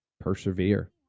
Persevere